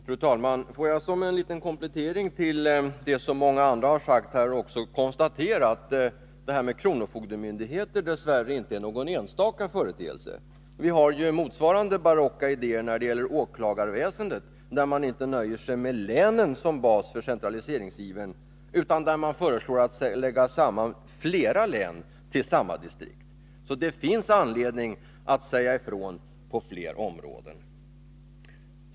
Fru talman! Får jag som en liten komplettering till det som många andra sagt här konstatera att planerna beträffande indelningen i kronofogdedistrikt dess värre inte är någon enstaka företeelse. Motsvarande barocka idéer förekommer även beträffande åklagarväsendet, där man inte nöjer sig med länen som bas för centraliseringsivern, utan där man föreslår sammanläggning av flera län till ett gemensamt distrikt. Det finns alltså anledning att säga ifrån på fler områden.